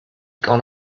gone